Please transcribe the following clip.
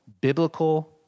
biblical